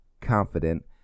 confident